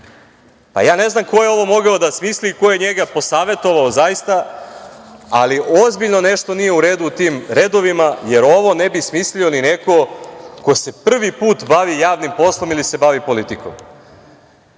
Ja ne znam ko je ovo mogao da smisli i ko je njega posavetovao zaista, ali ozbiljno nešto nije u redu u tim redovima, jer ovo ne bi smislio ni neko ko se prvi put bavi javnim poslom ili se bavi politikom. Da